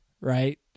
right